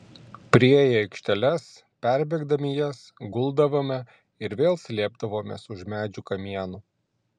priėję aikšteles perbėgdami jas guldavome ir vėl slėpdavomės už medžių kamienų